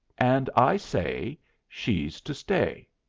and i say she's to stay!